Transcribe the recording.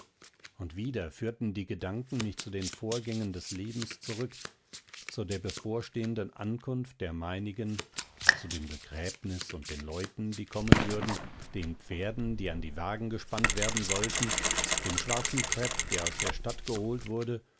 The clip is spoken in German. und wieder führten die gedanken mich zu den vorgängen des lebens zurück zu der bevorstehenden ankunft der meinigen zu dem begräbnis und den leuten die kommen würden den pferden die an die wagen gespannt werden sollten dem schwarzen krepp der aus der stadt geholt wurde